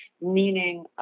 Meaning